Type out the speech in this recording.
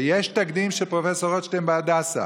ויש תקדים של פרופ' רוטשטיין בהדסה,